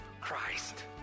Christ